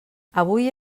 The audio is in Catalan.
avui